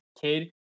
kid